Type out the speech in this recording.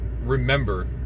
remember